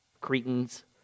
Cretans